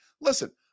Listen